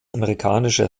amerikanische